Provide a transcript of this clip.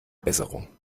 besserung